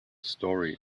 story